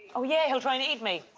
oh, yeah. he'll try and eat me.